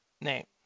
name